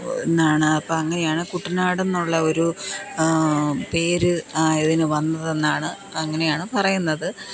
എന്നാണ് അപ്പം അങ്ങനെയാണ് കുട്ടനാട് എന്നുള്ള ഒരു പേര് അതിന് വന്നതെന്നാണ് അങ്ങനെയാണ് പറയുന്നത്